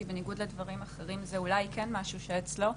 כי בניגוד לדברים אחרים זה אולי כן משהו שאצלו.